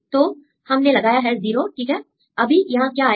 तो हम ने लगाया है 0 ठीक है अभी यहां क्या आएगा